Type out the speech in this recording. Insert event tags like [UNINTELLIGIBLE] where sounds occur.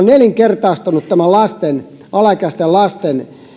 [UNINTELLIGIBLE] nelinkertaistunut tämä alaikäisten lasten